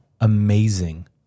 Amazing